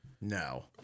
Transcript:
No